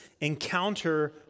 encounter